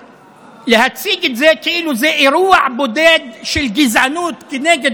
להציג את זה כאילו זה אירוע בודד של גזענות כנגד